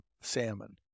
salmon